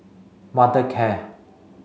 Mothercare